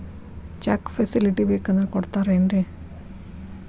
Check facility ಬೇಕಂದ್ರ ಕೊಡ್ತಾರೇನ್ರಿ?